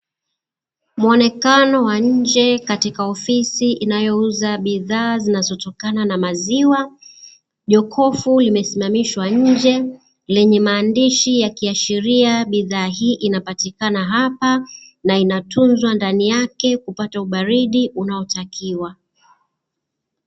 Muonekana wa nje katika ofisi inayouza maziwa, jokofi limesimamishwa nje lenye maandishi ya kiashiria bidhaa hii inapatikana hapa na inatuzwa ndani yake kupata ubadiri unaotakiwa.